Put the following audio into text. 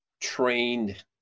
trained